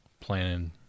planning